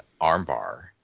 armbar